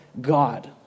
God